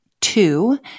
two